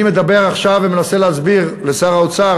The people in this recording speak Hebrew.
אני מדבר עכשיו ומנסה להסביר לשר האוצר,